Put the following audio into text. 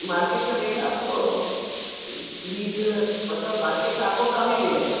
market से rate आपको बीस मतलब मार्केट से आपको कम ही मिलेगा